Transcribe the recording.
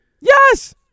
Yes